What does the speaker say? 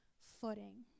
footing